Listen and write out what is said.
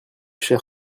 cher